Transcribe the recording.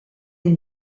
wenn